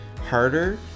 harder